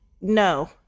no